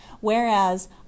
whereas